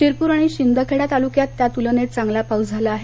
शिरपूर आणि शिंदखेडा तालुक्यात त्या तुलनेत चांगला पाऊस झाला आहे